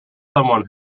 someone